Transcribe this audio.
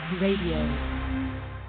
Radio